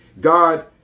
God